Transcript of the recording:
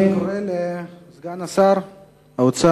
אני קורא לסגן שר האוצר,